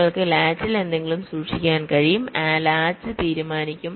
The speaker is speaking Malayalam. നിങ്ങൾക്ക് ലാച്ചിൽ എന്തെങ്കിലും സൂക്ഷിക്കാൻ കഴിയും ആ ലാച്ച് തീരുമാനിക്കും